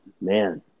man